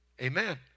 Amen